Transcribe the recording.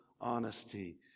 honesty